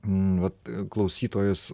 vat klausytojos